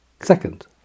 Second